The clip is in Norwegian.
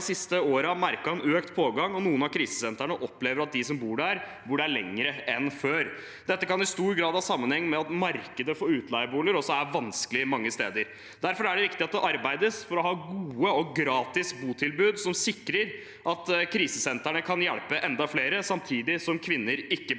siste årene merket en økt pågang, og noen av krisesentrene opplever at de som bor der, bor der lenger enn før. Dette kan i stor grad ha sammenheng med at markedet for utleieboliger også er vanskelig mange steder. Derfor er det viktig at det arbeides for å ha gode og gratis botilbud som sikrer at krisesentrene kan hjelpe enda flere, samtidig som kvinner ikke blir